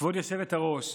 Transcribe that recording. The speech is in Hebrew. כבוד היושבת-ראש,